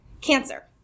Cancer